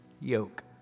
yoke